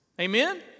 Amen